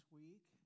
week